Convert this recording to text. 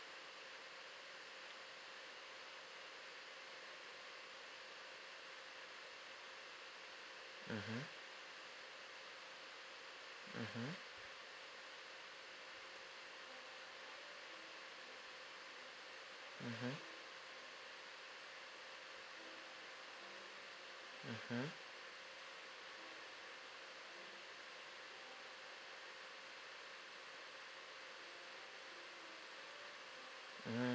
mmhmm mmhmm mmhmm mmhmm mm